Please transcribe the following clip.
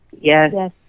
Yes